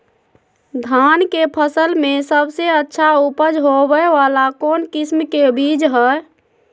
धान के फसल में सबसे अच्छा उपज होबे वाला कौन किस्म के बीज हय?